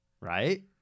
Right